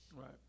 Right